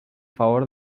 favor